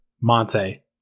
Monte